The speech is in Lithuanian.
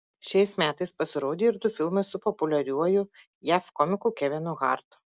šiais metais pasirodė ir du filmai su populiariuoju jav komiku kevinu hartu